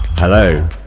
Hello